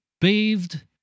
bathed